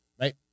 right